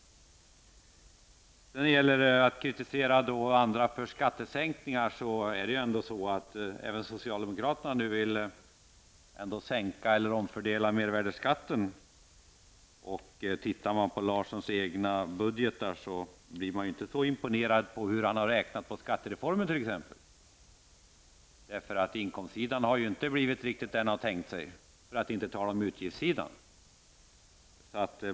När det gäller att kritisera andra för skattesänkningar vill även socialdemokraterna nu sänka eller omfördela mervärdeskatten. Studerar man Larssons egna budgetar blir man inte så imponerad över hur han har räknat på t.ex. skattereformen. Inkomstsidan har inte riktigt blivit den man har tänkt sig, för att inte tala om utgiftssidan.